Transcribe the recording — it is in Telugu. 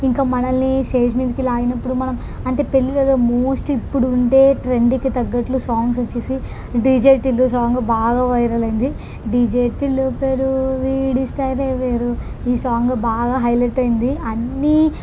ఇంకా మనల్ని స్టేజి మీదకి లాగినప్పుడు మనం అంటే పెళ్ళిళ్ళల్లో మోస్ట్ ఇప్పుడు ఉండే ట్రెండీకి తగ్గట్లు సాంగ్సొచ్చేసి డీజే టిల్లూ సాంగ్ బాగా వైరలయ్యింది డీజే టిల్లూ పేరు వీడి స్టైలే వేరు ఈ సాంగు బాగా హైలెట్ అయ్యింది అన్నీ